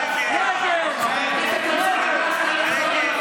נגד חבר הכנסת מנסור עבאס,